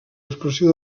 expressió